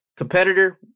Competitor